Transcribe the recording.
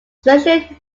especially